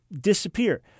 disappear